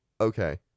Okay